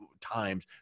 times